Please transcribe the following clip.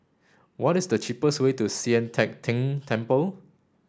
what is the cheapest way to Sian Teck Tng Temple